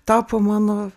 tapo mano